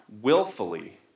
willfully